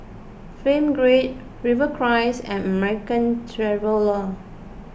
Film Grade Rivercrest and American Traveller